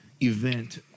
event